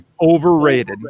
overrated